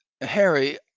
Harry